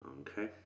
Okay